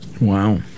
Wow